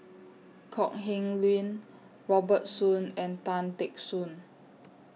Kok Heng Leun Robert Soon and Tan Teck Soon